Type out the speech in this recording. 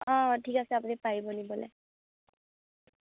অঁ ঠিক আছে আপুনি পাৰিব নিবলৈ